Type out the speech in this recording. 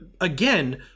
again